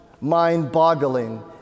mind-boggling